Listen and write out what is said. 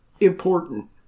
important